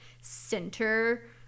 center